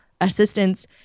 assistance